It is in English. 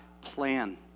plan